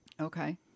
Okay